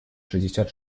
шестьдесят